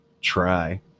try